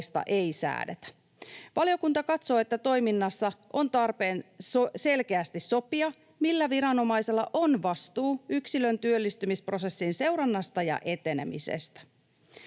ei säädetä. Valiokunta katsoo, että toiminnassa on tarpeen selkeästi sopia, millä viranomaisella on vastuu yksilön työllistymisprosessin seurannasta ja etenemisestä.